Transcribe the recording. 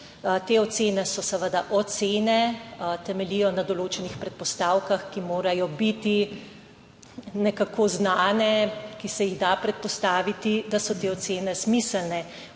Te ocene so seveda ocene, temeljijo na določenih predpostavkah, ki morajo biti nekako znane, ki se jih da predpostaviti, da so te ocene smiselne?